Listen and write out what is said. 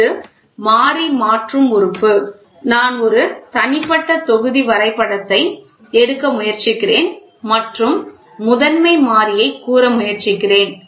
இது மாறி மாற்றும் உறுப்பு நான் ஒரு தனிப்பட்ட தொகுதி வரைபடத்தை எடுக்க முயற்சிக்கிறேன் மற்றும் முதன்மை மாறியைக் கூற முயற்சிக்கிறேன்